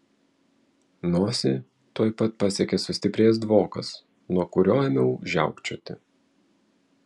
nosį tuoj pat pasiekė sustiprėjęs dvokas nuo kurio ėmiau žiaukčioti